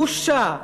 בושה.